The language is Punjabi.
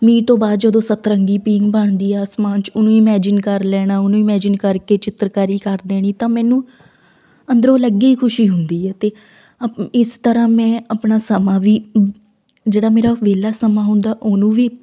ਮੀਂਹ ਤੋਂ ਬਾਅਦ ਜਦੋਂ ਸਤਰੰਗੀ ਪੀਂਘ ਬਣਦੀ ਆ ਅਸਮਾਨ 'ਚ ਉਹਨੂੰ ਇਮੈਜਿਨ ਕਰ ਲੈਣਾ ਉਹਨੂੰ ਇਮੈਜਿਨ ਕਰਕੇ ਚਿੱਤਰਕਾਰੀ ਕਰ ਦੇਣੀ ਤਾਂ ਮੈਨੂੰ ਅੰਦਰੋਂ ਅਲੱਗ ਹੀ ਖੁਸ਼ੀ ਹੁੰਦੀ ਹੈ ਅਤੇ ਅਪ ਇਸ ਤਰ੍ਹਾਂ ਮੈਂ ਆਪਣਾ ਸਮਾਂ ਵੀ ਜਿਹੜਾ ਮੇਰਾ ਵਿਹਲਾ ਸਮਾਂ ਹੁੰਦਾ ਉਹਨੂੰ ਵੀ